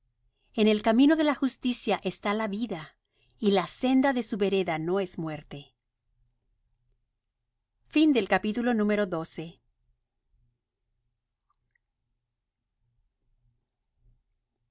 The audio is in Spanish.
en el camino de la justicia está la vida y la senda de su vereda no es muerte el